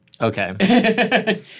Okay